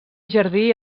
jardí